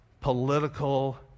political